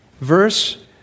verse